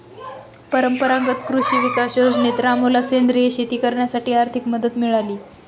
परंपरागत कृषी विकास योजनेत रामूला सेंद्रिय शेती करण्यासाठी आर्थिक मदत मिळाली